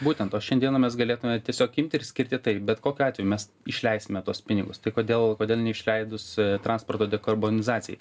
būtent o šiandieną mes galėtume tiesiog imti ir skirti tai bet kokiu atveju mes išleisime tuos pinigus tai kodėl kodėl neišleidus transporto dekarbonizacijai